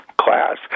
class